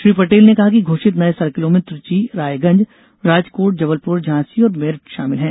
श्री पटेल ने कहा कि घोषित नए सर्किलों में त्रिची रायगंज राजकोट जबलपुर झांसी और मेरठ शामिल हैं